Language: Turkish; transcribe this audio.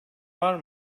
var